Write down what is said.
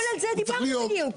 על זה דיברתי בדיוק.